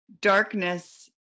darkness